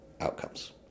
outcomes